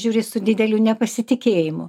žiūri su dideliu nepasitikėjimu